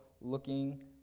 looking